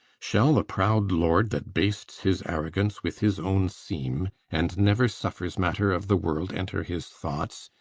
shall the proud lord that bastes his arrogance with his own seam and never suffers matter of the world enter his thoughts,